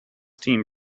team